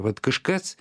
vat kažkas